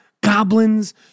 goblins